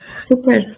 super